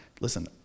listen